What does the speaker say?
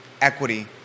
equity